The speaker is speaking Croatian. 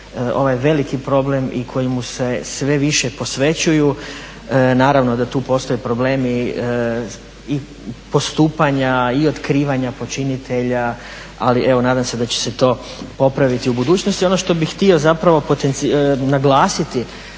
ovaj veliki problem i kojemu se sve više posvećuju. Naravno da tu postoje problemi i postupanja i otkrivanja počinitelja, ali evo nadam se da će se to popraviti u budućnosti. Ono što bih htio zapravo naglasiti,